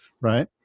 right